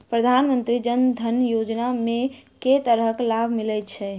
प्रधानमंत्री जनधन योजना मे केँ तरहक लाभ मिलय छै?